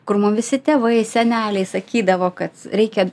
kur mum visi tėvai seneliai sakydavo kad reikia